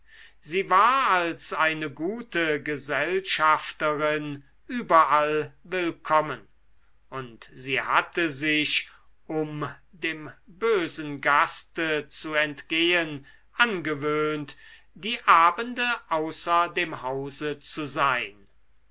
sie war als eine gute gesellschafterin überall willkommen und sie hatte sich um dem bösen gaste zu entgehen angewöhnt die abende außer dem hause zu sein